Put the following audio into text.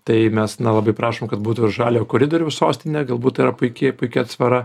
tai mes na labai prašom kad būtų ir žaliojo koridoriaus sostinė galbūt tai yra puiki puiki atsvara